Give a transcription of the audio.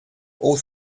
all